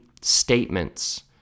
statements